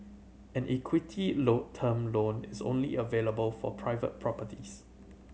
an equity loan term loan is only available for private properties